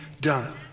done